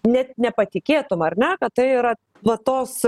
net nepatikėtum ar ne kad tai yra na tos